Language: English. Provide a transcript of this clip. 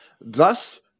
thus